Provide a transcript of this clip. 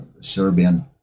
Serbian